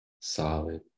solid